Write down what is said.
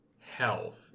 health